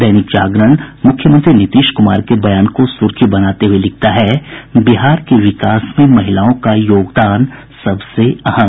दैनिक जागरण मुख्यमंत्री नीतीश क्मार के बयान को सुर्खी बनाते हये लिखता है बिहार के विकास में महिलाओं का योगदान सबसे अहम